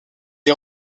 est